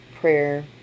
prayer